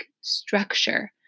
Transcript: structure